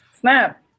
Snap